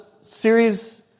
series